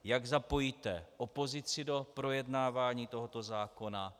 Jak zapojíte opozici do projednávání tohoto zákona?